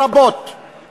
רבות